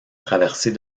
traversée